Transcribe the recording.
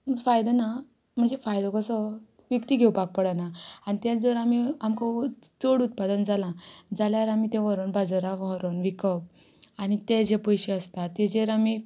फायदो ना म्हणजे फायदो कसो विकती घेवपाक पडना आनी तेंत जर आमी आमकां चड उत्पादन जालां जाल्यार आमी तें व्हरोन बाजाराक व्हरोन विकप आनी ते जे पयशे आसता तेजेर आमी